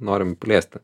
norim plėsti